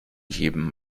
jedem